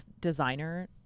designer